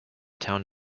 town